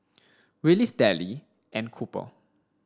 Willis Dellie and Cooper